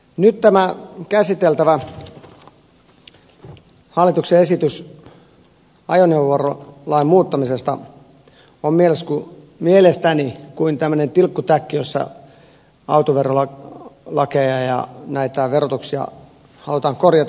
nyt tämä käsiteltävä hallituksen esitys ajoneuvoverolain muuttamisesta on mielestäni kuin tämmöinen tilkkutäkki jossa autoverolakeja ja näitä verotuksia halutaan korjata